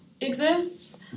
exists